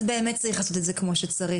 אז באמת צריך לעשות את זה כמו שצריך.